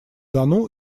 дону